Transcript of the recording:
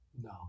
No